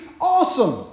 awesome